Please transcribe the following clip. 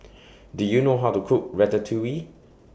Do YOU know How to Cook Ratatouille